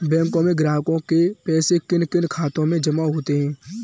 बैंकों में ग्राहकों के पैसे किन किन खातों में जमा होते हैं?